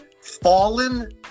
fallen